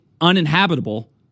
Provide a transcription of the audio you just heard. uninhabitable